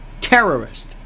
terrorist